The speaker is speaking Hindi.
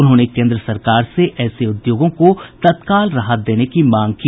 उन्होंने केन्द्र सरकार से ऐसे उद्योगों को तत्काल राहत देने की मांग की